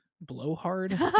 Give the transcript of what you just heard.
blowhard